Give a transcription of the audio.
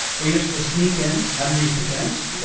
we used to sneak in underneath the fence,